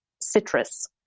citrus